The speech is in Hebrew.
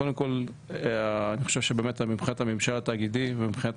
קודם כל אני חושב שמבחינת הממשל התאגידי ומבחינת